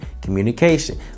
Communication